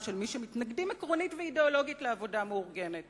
של מי שמתנגדים עקרונית ואידיאולוגית לעבודה מאורגנת